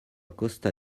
costa